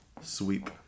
Sweep